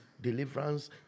Deliverance